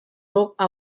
broke